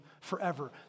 forever